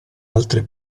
altre